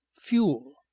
fuel